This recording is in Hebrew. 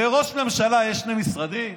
לראש ממשלה יש שני משרדים?